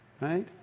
Right